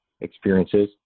experiences